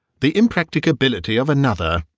the impracticability of another,